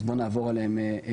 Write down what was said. אז בוא נעבור עליהם בזריזות.